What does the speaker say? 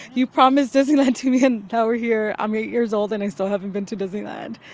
you promised disneyland to me, and now we're here. i'm eight years old, and i still haven't been to disneyland.